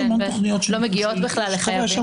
שבכלל לא מגיעות לחייבים.